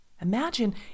Imagine